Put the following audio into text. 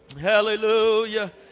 Hallelujah